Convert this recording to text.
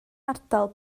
ardal